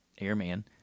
airman